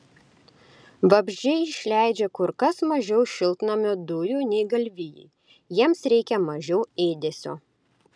vabzdžiai išleidžia kur kas mažiau šiltnamio dujų nei galvijai jiems reikia mažiau ėdesio